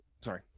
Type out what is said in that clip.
sorry